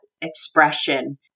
expression